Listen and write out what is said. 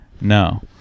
No